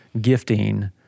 gifting